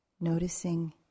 noticing